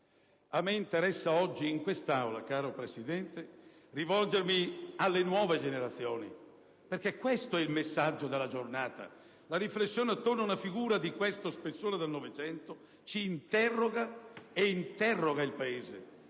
A me interessa oggi in quest'Aula, caro Presidente, rivolgermi alle nuove generazioni, perché questo è il messaggio della giornata. La riflessione attorno a una figura di questo spessore del Novecento ci interroga e interroga il Paese.